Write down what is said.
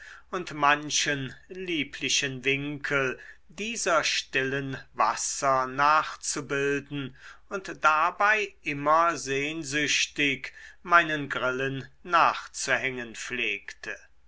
und manchen lieblichen winkel dieser stillen wasser nachzubilden und dabei immer sehnsüchtig meinen grillen nachzuhängen pflegte